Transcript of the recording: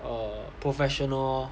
err professional